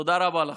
תודה רבה לכם.